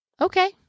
okay